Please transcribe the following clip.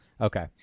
Okay